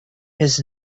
his